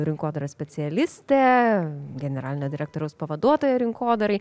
rinkodaros specialistė generalinio direktoriaus pavaduotoja rinkodarai